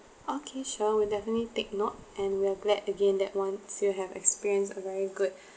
okay sure we'll definitely take note and we're glad again that once you have have experienced a very good